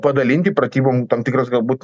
padalinti pratybom tam tikrus galbūt